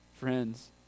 Friends